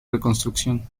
reconstrucción